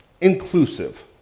inclusive